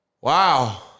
Wow